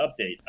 update